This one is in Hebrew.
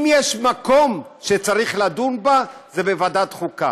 אם יש מקום שצריך לדון בה, זה בוועדת החוקה.